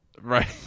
Right